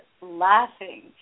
laughing